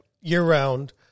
year-round